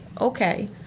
Okay